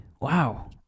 Wow